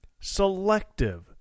selective